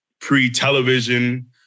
pre-television